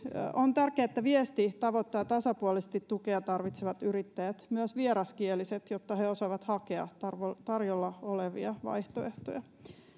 on tärkeää että viesti tavoittaa tasapuolisesti tukea tarvitsevat yrittäjät myös vieraskieliset jotta he osaavat hakea tarjolla olevia vaihtoehtoja